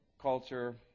culture